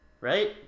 Right